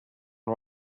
and